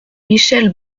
michèle